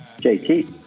JT